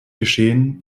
geschehen